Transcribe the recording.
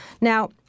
Now